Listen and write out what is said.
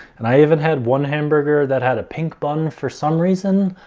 and i even had one hamburger that had a pink bun for some reason.